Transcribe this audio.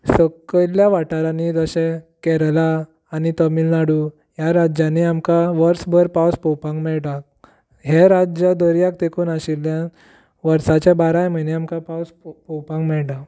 सकयल्या वाठारांनी जशें केरळा आनी तामीळ नाडू ह्या राज्यांनी आमकां वर्सभर पावस पळोवपाक मेळटा हे राज्य दर्याक तेंकून आशिल्ल्यान वर्साचे बाराय म्हयने आमकां पावस पळोवपाक मेळटा